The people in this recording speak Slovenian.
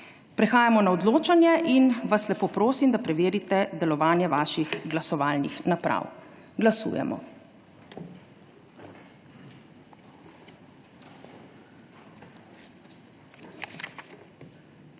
Prehajamo na odločanje. Prosim vas, da preverite delovanje svojih glasovalnih naprav. Glasujemo.